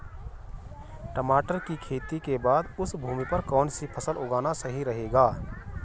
टमाटर की खेती के बाद उस भूमि पर कौन सी फसल उगाना सही रहेगा?